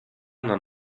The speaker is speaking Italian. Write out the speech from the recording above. non